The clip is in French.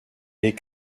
est